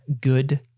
good